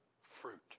fruit